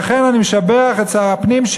לכן אני משבח את שר הפנים,